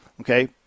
Okay